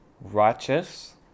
righteous